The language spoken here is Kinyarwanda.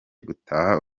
gutaha